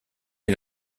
est